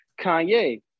Kanye